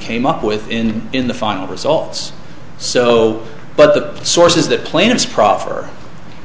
came up with in in the final results so but the sources that plaintiff's proffer